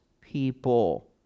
people